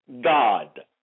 God